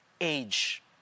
age